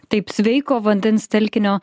taip sveiko vandens telkinio